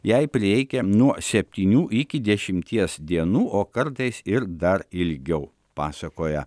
jai prireikia nuo septynių iki dešimties dienų o kartais ir dar ilgiau pasakoja